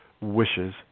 wishes